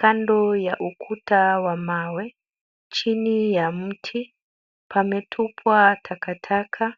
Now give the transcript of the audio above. Kando ya ukuta wa mawe chini ya mti, pametupwa takataka.